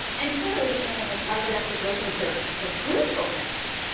and, clearly, in life or death situations, they're they're crucial things.